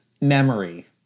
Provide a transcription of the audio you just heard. memory